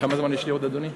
כמה זמן יש לי עוד, אדוני?